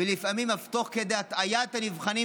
ולפעמים אף תוך כדי הטעיית הנבחנים,